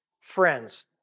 friends